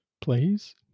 Please